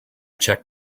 check